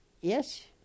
Yes